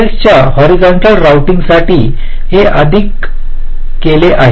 सेलच्या हॉरिझंटल रोऊटिंगसाठी हे आधीच केले आहे